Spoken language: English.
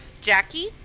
Jackie